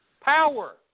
power